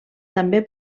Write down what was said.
també